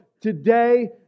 today